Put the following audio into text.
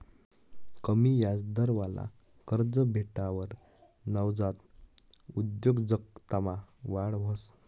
कमी याजदरवाला कर्ज भेटावर नवजात उद्योजकतामा वाढ व्हस